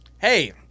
Hey